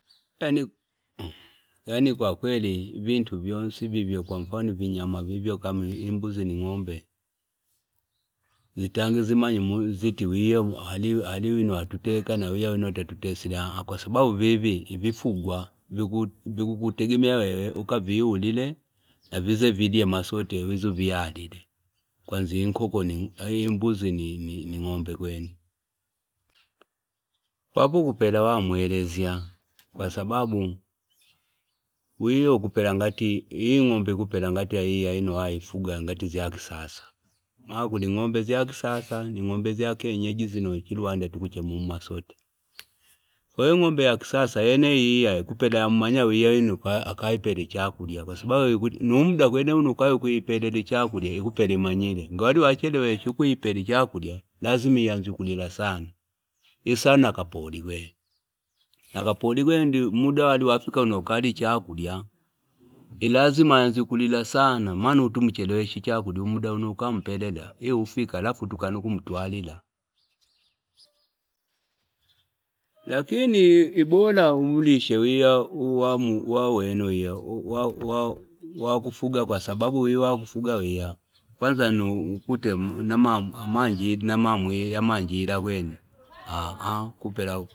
Yani kwakweli wintu vyosi vivyo kwa mfano kama imbuzi ni ng'ombe vitange vimanye kwamba wiya awino watuteka na wiya awino atatutesile kwa sababau vivi ivifugwa vivu- vikukutegemea wewe akawiyulite vize vilye amasote na uize uviyalile kwanzia inkoko, mbuzi ni ng'ombe kwene. Papo ukupeleka wa mwelezya kwa sababu iyo kupela ngati ing'ombe ikola ngati iyay yino yafuga ngati iiyakisasa mana kuoli ng'ombe zifa kisasa ni ng'ombe ya kieneyeji zinazo tukufila chiki uwanda tukuchema umasote kwa hiyo ing'ombe ya kisasa ikupela yamanaya uriya wino akula akuzipela ichakulya nu muda kwene uno mkaya ukizipela icha kulya zipela zimanyile ngi wala waezli wesha kuzipela ichakulya ilazima iyaani ukilila sana isawa na kapoli kwene, kapoli kwene ngu muda wali wafika wiza akalya ichakulya ilazima aanze kulila sana maana utumchelewesha ichakula umdaunoukampelea infika afuuti kana kumtwalila, lakini ni bora umlishe wa- wa wawiya uwalaifuga kwa sababu uwiya uwakufugwi wiya kwanza nukuti yamanjiita kwene kupelau.